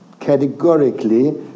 categorically